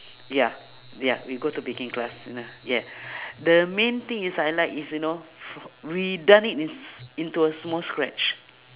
ya ya we go to baking class n~ yup the main thing is I like is you know we done it ins~ into a small scratch